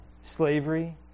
Slavery